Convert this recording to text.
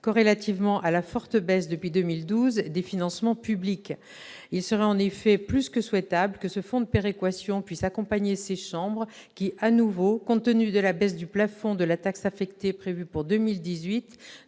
corrélativement à la forte baisse des financements publics depuis 2012. Il serait en effet plus que souhaitable que ce fonds de péréquation puisse accompagner ces chambres qui, à nouveau, compte tenu de la baisse du plafond de la taxe affectée prévue pour 2018,